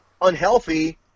unhealthy